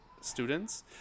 students